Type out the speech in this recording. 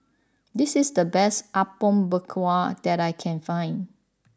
this is the best Apom Berkuah that I can find